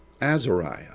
Azariah